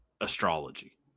astrology